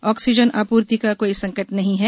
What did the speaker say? oxygen आपूर्ति का कोई संकट नहीं है